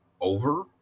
over